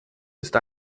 ist